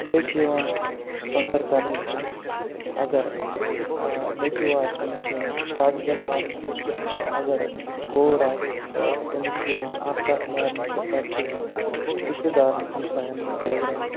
بییٚہِ چھِ یِوان سۄندَر کَرنہٕ تمِس اَگَر نیٚچوٗ آسہِ تمِس چھِ یِوان کَٹھ زٕ مارنہٕ اَگَر کوٗر آسہِ تہٕ تمِس چھِ یِوان اکھ کَٹھ مارنہٕ تہٕ پَتہ چھُ یِوان رِشتہٕ دارَن ہَمسایَن مَنٛز بٲگراونہٕ